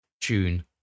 June